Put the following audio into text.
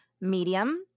Medium